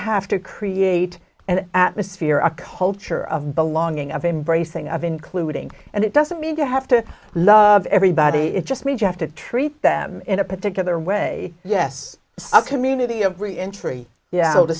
have to create an atmosphere a culture of belonging of embracing of including and it doesn't mean you have to love everybody it just means you have to treat them in a particular way yes a community of reentry yeah